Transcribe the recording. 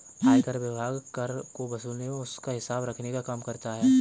आयकर विभाग कर को वसूलने एवं उसका हिसाब रखने का काम करता है